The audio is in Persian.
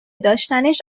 داشتنش